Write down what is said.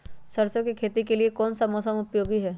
सरसो की खेती के लिए कौन सा मौसम उपयोगी है?